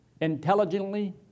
intelligently